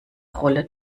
rolle